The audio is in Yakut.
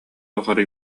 тухары